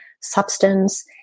substance